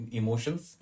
emotion's